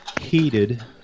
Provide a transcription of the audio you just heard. heated